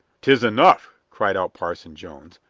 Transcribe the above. tis enough, cried out parson jones,